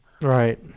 Right